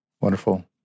Wonderful